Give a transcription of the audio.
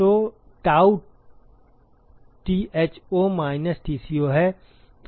तो T out Tho minus Tco है